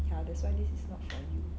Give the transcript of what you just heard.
ya that's why this is not for you